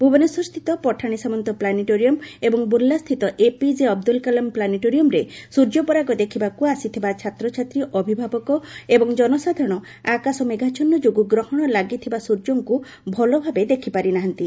ଭୁବନେଶ୍ୱରସ୍ଥିତ ପଠାଶି ସାମନ୍ତ ପ୍ଲାନେଟୋରିୟମ ଏବଂ ବୁଲାସ୍ଥିତ ଏପିଜେ ଅବଦୁଲ କାଲାମ୍ ପ୍ଲାନେଟୋରିୟମରେ ସ୍ଯ୍ୟୋପରାଗ ଦେଖବାକୁ ଆସିଥିବା ଛାତ୍ରଛାତ୍ରୀ ଅଭିଭାବକ ଏବଂ ଜନସାଧାରଣ ଆକାଶ ମେଘାଛନ ଯୋଗୁଁ ଗ୍ରହଣ ଲାଗିଥିବା ସ୍ର୍ଯ୍ୟଙ୍କୁ ଭଲଭାବେ ଦେଖ୍ପାରିନାହାନ୍ତି